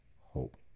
hope